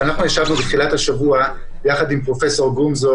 שאנחנו ישבנו בתחילת השבוע יחד עם פרופ' גמזו,